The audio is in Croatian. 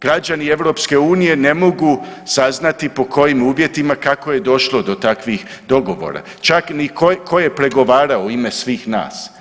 Građani EU ne mogu saznati po kojim uvjetima, kako je došlo do takvih dogovora čak ni ko, tko je pregovarao u ime svih nas.